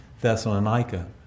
Thessalonica